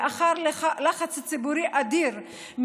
לאחר לחץ ציבורי אדיר,